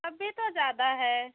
तब भी तो ज़्यादा है